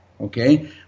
okay